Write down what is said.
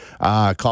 Call